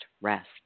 rest